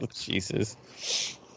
Jesus